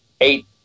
eight